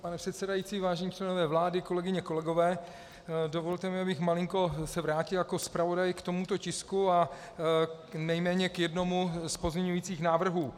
Pane předsedající, vážení členové vlády, kolegyně, kolegové, dovolte mi, abych se malinko vrátil jako zpravodaj k tomuto tisku a nejméně k jednomu z pozměňujících návrhů.